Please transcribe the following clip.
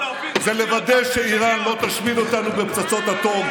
זה לוודא שאיראן לא תשמיד אותנו בפצצות אטום,